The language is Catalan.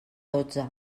dotze